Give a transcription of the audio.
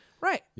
Right